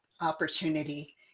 opportunity